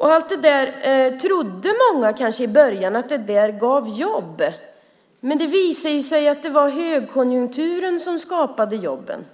Många trodde kanske i början att det där gav jobb, men det visade sig att det var högkonjunkturen som skapade jobben.